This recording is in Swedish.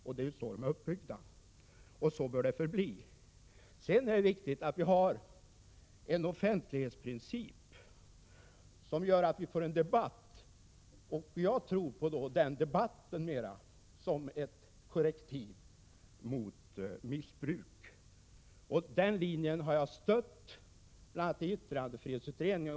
Så är de uppbyggda nu, och så bör det förbli. Sedan är det riktigt att vi har en offentlighetsprincip som gör att vi får en debatt. Jag tror mer på den debatten som ett korrektiv mot missbruk. Den linjen har jag stött, bl.a. i yttrandefrihetsutredningen.